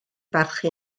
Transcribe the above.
barchu